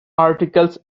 articles